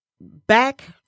back